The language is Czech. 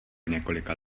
několika